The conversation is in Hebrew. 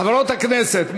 חברות הכנסת,